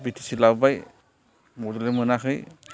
बि T C लाबोबाय बड'लेण्ड मोनाखै